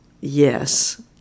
Yes